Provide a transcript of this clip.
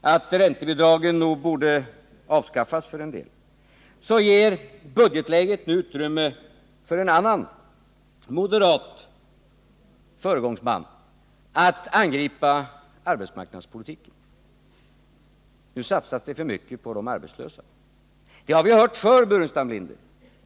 och att räntebidragen nog borde avskaffas för en del, så ger budgetläget nu utrymme för en annan moderat föregångsman att angripa arbetsmarknadspolitiken. Nu satsas det för mycket på de arbetslösa. Det har vi hört förr, herr Burenstam Linder.